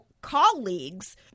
colleagues